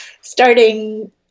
starting